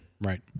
Right